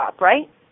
Right